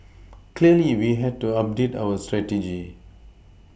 clearly we had to update our strategy